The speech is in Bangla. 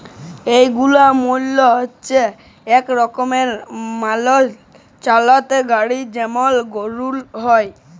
ওয়াগল মালে হচ্যে এক রকমের মালষ চালিত গাড়ি যেমল গরুর গাড়ি হ্যয়